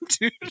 Dude